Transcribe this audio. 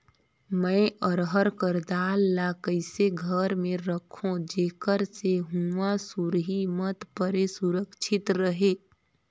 मैं अरहर कर दाल ला कइसे घर मे रखों जेकर से हुंआ सुरही मत परे सुरक्षित रहे?